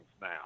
now